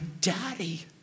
daddy